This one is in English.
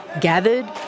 gathered